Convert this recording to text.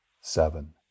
seven